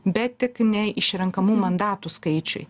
bet tik ne išrenkamų mandatų skaičiui